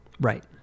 Right